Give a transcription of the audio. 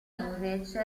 invece